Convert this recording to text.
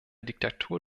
diktatur